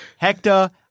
Hector